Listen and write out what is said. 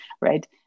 right